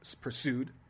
pursued